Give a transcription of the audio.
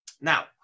Now